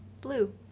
Blue